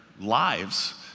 lives